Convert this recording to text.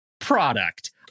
product